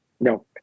No